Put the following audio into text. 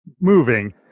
moving